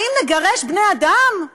האם נגרש בני אדם?